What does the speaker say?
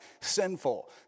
sinful